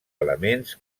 elements